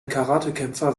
karatekämpfer